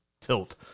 tilt